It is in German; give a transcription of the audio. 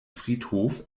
friedhof